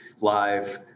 live